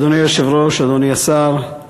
אדוני היושב-ראש, אדוני השר,